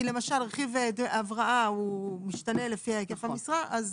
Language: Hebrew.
כי למשל רכיב הבראה הוא משתנה לפי היקף המשרה, אז